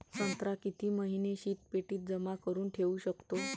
संत्रा किती महिने शीतपेटीत जमा करुन ठेऊ शकतो?